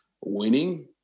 winning